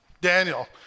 Daniel